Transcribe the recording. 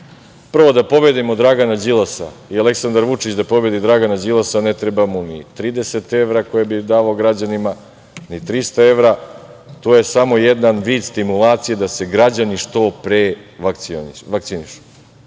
Prvo da pobedimo Dragana Đilasa i Aleksandar Vučić da pobedi Dragana Đilasa ne treba mu ni 30 evra koje bi davao građanima, ni 300 evra. To je samo jedan vid stimulacije da se građani što pre vakcinišu. Opet